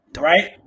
right